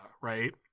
right